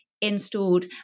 installed